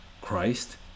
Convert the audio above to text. Christ